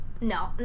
No